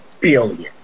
billion